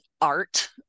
art